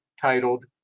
titled